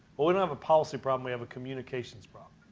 but we don't have a policy problem, we have a communications problem.